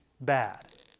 bad